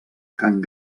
cant